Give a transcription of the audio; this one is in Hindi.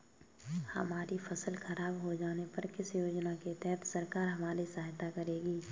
हमारी फसल खराब हो जाने पर किस योजना के तहत सरकार हमारी सहायता करेगी?